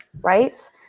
Right